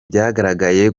byagaragaye